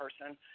person